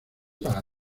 para